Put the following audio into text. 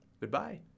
Goodbye